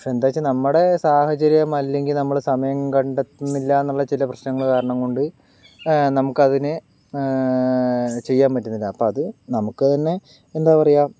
പക്ഷേ എന്താന്ന് വെച്ചാൽ നമ്മുടെ സാഹചര്യം അല്ലെങ്കിൽ നമ്മള് സമയം കണ്ടെത്തുന്നില്ലാന്നുള്ള ചില പ്രശ്നങ്ങള് കാരണം കൊണ്ട് നമുക്കതിന് ചെയ്യാൻ പറ്റുന്നില്ല അപ്പോൾ അത് നമുക്കതിന് എന്താ പറയുക